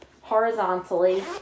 horizontally